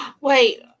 Wait